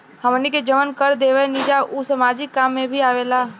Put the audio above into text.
हमनी के जवन कर देवेनिजा उ सामाजिक काम में भी आवेला